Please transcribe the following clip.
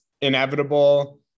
inevitable